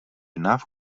enough